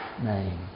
name